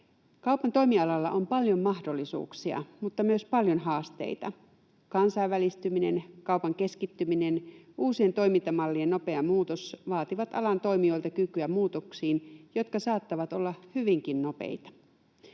Kaupan toimialalla on paljon mahdollisuuksia mutta myös paljon haasteita. Kansainvälistyminen, kaupan keskittyminen ja uusien toimintamallien nopea muutos vaativat alan toimijoilta kykyä muutoksiin, jotka saattavat olla hyvinkin nopeita.